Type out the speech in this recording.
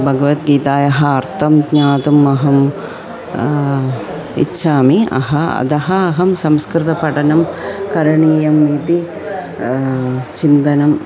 भगवद्गीतायाः अर्थं ज्ञातुम् अहम् इच्छामि अहम् अधः अहं संस्कृतपठनं करणीयम् इति चिन्तनम्